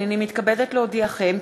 הנני מתכבדת להודיעכם,